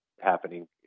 happening